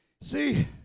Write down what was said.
See